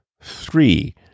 Three